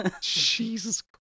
Jesus